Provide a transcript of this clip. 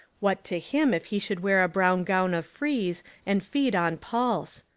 what to him if he should wear a brown gown of frieze and feed on pulse!